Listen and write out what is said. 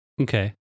Okay